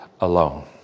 alone